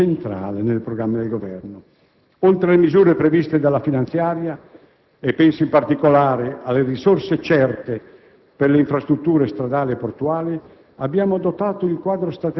perché lo sviluppo del Mezzogiorno mantiene un'importanza centrale nel programma del Governo. Oltre alle misure previste dalla finanziaria - e penso in particolare alle risorse certe